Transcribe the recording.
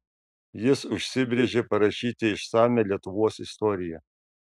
jis užsibrėžė parašyti išsamią lietuvos istoriją